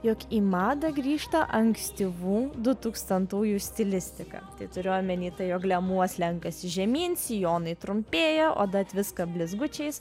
jog į madą grįžta ankstyvų du tūkstantųjų stilistika tai turiu omeny tai jog liemuo slenkasi žemyn sijonai trumpėja oda tviska blizgučiais